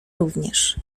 również